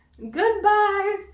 Goodbye